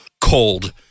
cold